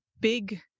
big